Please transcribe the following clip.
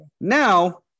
Now